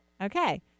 Okay